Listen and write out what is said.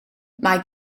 mae